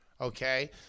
okay